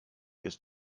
ist